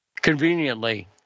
conveniently